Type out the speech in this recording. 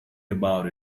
about